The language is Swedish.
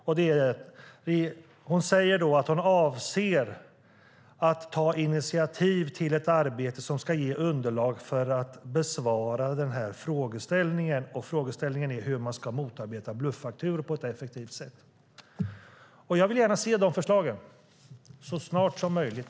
Där säger hon nämligen att hon avser att ta initiativ till ett arbete som ska ge underlag för att besvara frågeställningen; frågeställningen är alltså hur man ska motarbeta bluffakturor på ett effektivt sätt. Jag vill gärna se de förslagen så snart som möjligt.